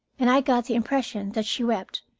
and i got the impression that she wept,